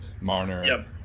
Marner